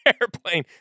airplane